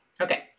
Okay